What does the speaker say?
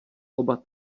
oba